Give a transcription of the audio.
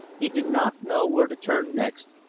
he did not know where to turn next,